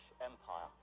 empire